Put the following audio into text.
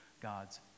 God's